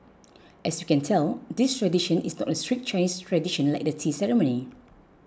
as you can tell this tradition is not a strict Chinese tradition like the tea ceremony